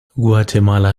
guatemala